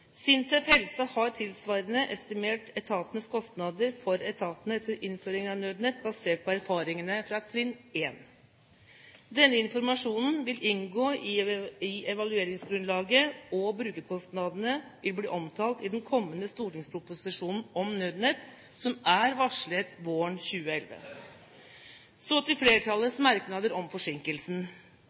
SINTEF Helse har tilsvarende estimert etatenes kostnader for etatene etter innføringen av Nødnett basert på erfaringene fra trinn 1. Denne informasjonen vil inngå i evalueringsgrunnlaget, og brukerkostnadene vil bli omtalt i den kommende stortingsproposisjonen om Nødnett som er varslet våren 2011. Så til flertallets merknader om forsinkelsen.